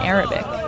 Arabic